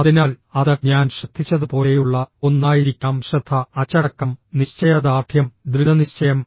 അതിനാൽ അത് ഞാൻ ശ്രദ്ധിച്ചതുപോലെയുള്ള ഒന്നായിരിക്കാം ശ്രദ്ധ അച്ചടക്കം നിശ്ചയദാർഢ്യം ദൃഢനിശ്ചയം